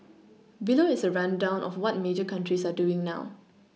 below is a rundown of what major countries are doing now